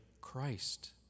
Christ